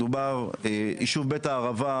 יישוב בית הערבה,